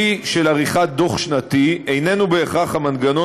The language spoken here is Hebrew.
כלי של עריכת דוח שנתי איננו בהכרח המנגנון